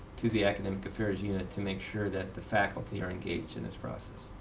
to the academic affairs unit to make sure that the faculty are engaged in this process,